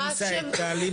שמי סאיד תלי,